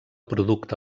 producte